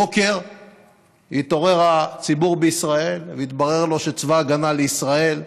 הבוקר התעורר הציבור בישראל והתברר לו שצבא הגנה לישראל,